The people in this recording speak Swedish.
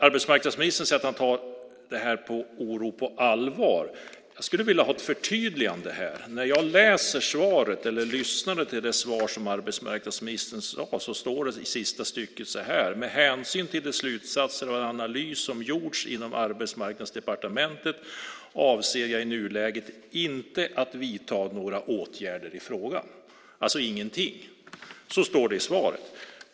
Arbetsmarknadsministern säger att han tar den här oron på allvar. Jag skulle vilja ha ett förtydligande här. Jag lyssnade till det svar som arbetsmarknadsministern gav. Det står i det sista stycket i det skriftliga svaret: "Med hänsyn till de slutsatser av den analys som gjorts inom Arbetsmarknadsdepartementet avser jag i nuläget inte att vidta några åtgärder i frågan" - alltså ingenting. Så står det i svaret.